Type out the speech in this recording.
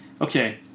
okay